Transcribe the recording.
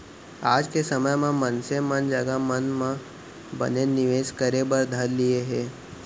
आज के समे म मनसे मन जघा मन म बनेच निवेस करे बर धर लिये हें